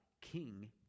king